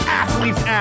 athlete's